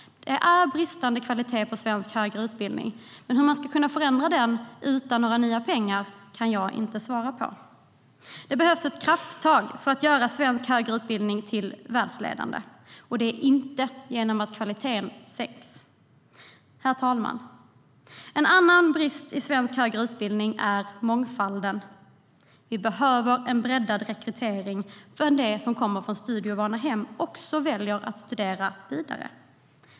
Det är bristande kvalitet i svensk högre utbildning. Hur man ska kunna förändra den utan några nya pengar kan jag inte svara på. Det behövs ett krafttag för att göra svensk högre utbildning till världsledande, och det görs inte genom att kvaliteten sänks. Herr talman! En annan brist i svensk högre utbildning är mångfalden. Vi behöver en breddad rekrytering där de som kommer från studieovana hem också väljer att studera vidare.